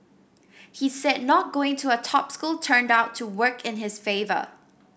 he said not going to a top school turned out to work in his favour